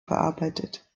verarbeitet